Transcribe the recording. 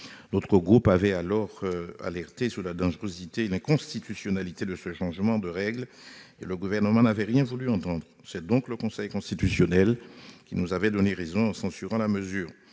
républicain avaient alors alerté sur la dangerosité et l'inconstitutionnalité de ce changement de règle. Le Gouvernement n'avait rien voulu entendre, mais le Conseil constitutionnel nous a donné raison en censurant la mesure.